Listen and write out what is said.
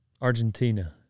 Argentina